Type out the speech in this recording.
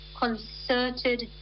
concerted